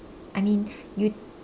I mean you